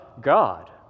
God